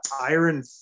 iron